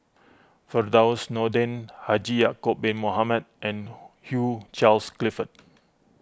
Firdaus Nordin Haji Ya'Acob Bin Mohamed and Hugh Charles Clifford